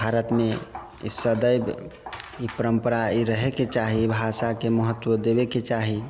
भारतमे सदैव ई परम्परा ई रहैके चाही भाषाके महत्व देबेके चाही